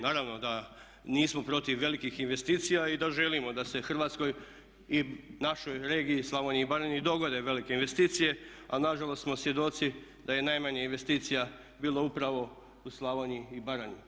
Naravno da nismo protiv velikih investicija i da želimo da se Hrvatskoj i našoj regiji Slavoniji i baranji dogode velike investicije ali nažalost smo svjedoci da je najmanje investicija bilo upravo u Slavoniji i Baranji.